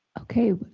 okay. but